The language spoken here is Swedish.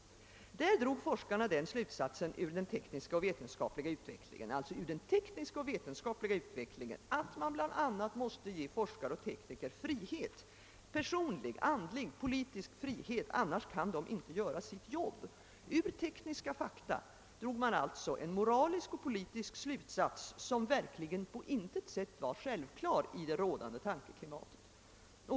Där drog forskarna den slutsatsen ur den tekniska och vetenskapliga utvecklingen, att man bl.a. måste ge forskare och tekniker frihet — personlig, andlig och politisk frihet — annars kan de inte göra sitt jobb. Ur tekniska fakta drog man alltså en moralisk och politisk slutsats som verkligen på intet sätt var självklar i det rådande tankeklimatet.